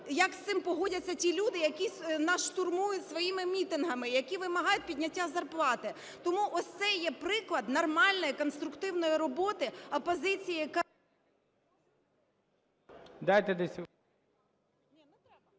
як з цим погодяться ті люди, які нас штурмують своїми мітингами, які вимагають підняття зарплати. Тому ось це є приклад нормальної конструктивної роботи опозиції, яка… ГОЛОВУЮЧИЙ.